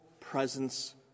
presence